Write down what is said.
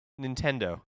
Nintendo